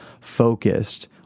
focused